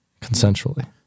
consensually